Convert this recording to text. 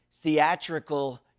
theatrical